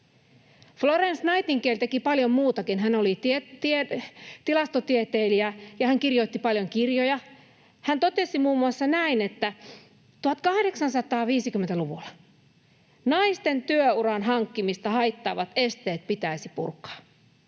Florence Nightingale teki paljon muutakin. Hän oli tilastotieteilijä, ja hän kirjoitti paljon kirjoja. Hän totesi muun muassa näin 1850-luvulla: ”Naisten työuran hankkimista haittaavat esteet pitäisi purkaa.”